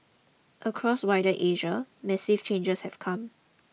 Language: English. across wider Asia massive changes have come